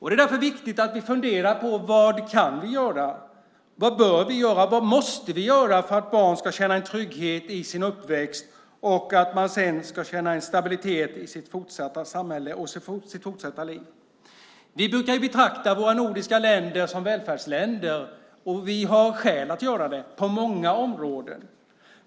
Det är därför viktigt att vi funderar på vad vi kan göra, vad vi bör göra och vad vi måste göra för att barn ska känna en trygghet i sin uppväxt och att de sedan ska känna en stabilitet i samhället och i sitt fortsatta liv. Vi brukar betrakta våra nordiska länder som välfärdsländer. Vi har skäl att göra det på många områden.